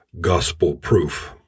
gospel-proof